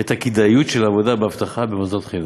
את כדאיות העבודה באבטחה במוסדות החינוך.